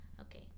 Okay